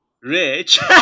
rich